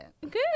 Good